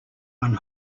one